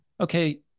okay